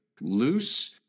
loose